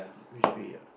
which way ah